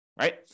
right